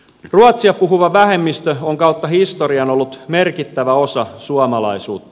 ruotsia puhuva vähemmistö on kautta histo rian ollut merkittävä osa suomalaisuutta